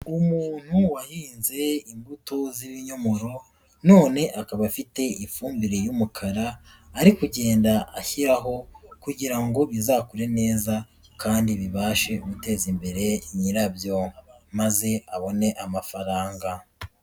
Umuntu wahinze imbuto z'ibinyomoro, none akaba afite ifumbire y'umukara ari kugenda ashyiraho kugira ngo bizakure neza kandi bibashe guteza imbere nyirabyo maze abone amafaranga.